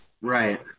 Right